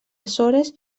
açores